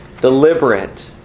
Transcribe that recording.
deliberate